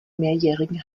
mehrjährigen